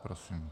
Prosím.